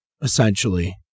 essentially